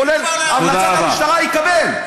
כולל המלצות המשטרה, הוא יקבל.